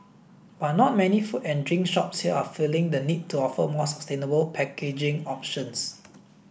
but not many food and drink shops here are feeling the need to offer more sustainable packaging options